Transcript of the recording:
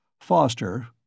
Foster